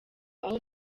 aho